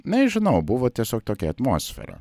nežinau buvo tiesiog tokia atmosfera